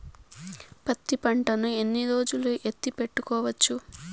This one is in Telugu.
పత్తి పంటను ఎన్ని రోజులు ఎత్తి పెట్టుకోవచ్చు?